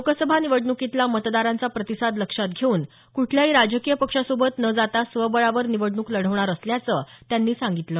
लोकसभा निवडणुकीतला मतदारांचा प्रतिसाद लक्षात घेऊन कुठल्याही राजकीय पक्षासोबत न जाता स्वबळावर निवडणूक लढवणार असल्याचं त्यांनी सांगितलं